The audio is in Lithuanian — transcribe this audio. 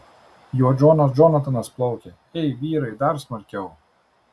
juo džonas džonatanas plaukia ei vyrai dar smarkiau